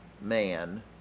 man